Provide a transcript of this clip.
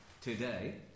today